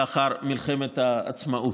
לאחר מלחמת העצמאות.